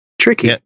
tricky